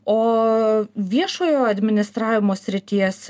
o viešojo administravimo srities